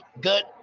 good